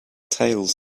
tales